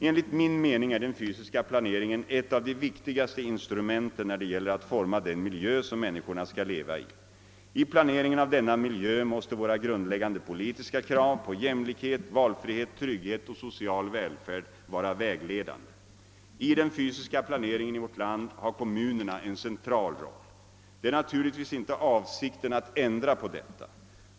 Enligt min mening är den fysiska planeringen ett av de viktigaste instrumenten när det gäller att forma den miljö, som människorna skall leva i. I planeringen av denna miljö måste våra grundläggande politiska krav på jämlikhet, valfrihet, trygghet och social välfärd vara vägledande. I den fysiska planeringen i vårt land har kommunerna en central roll. Det är naturligtvis inte avsikten att ändra på detta.